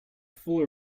full